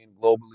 globally